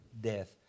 death